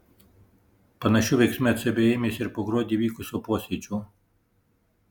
panašių veiksmų ecb ėmėsi ir po gruodį vykusio posėdžio